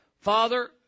Father